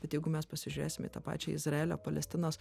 bet jeigu mes pasižiūrėsim į tą pačią izraelio palestinos